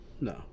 No